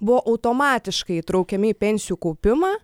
buvo automatiškai įtraukiami į pensijų kaupimą